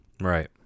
Right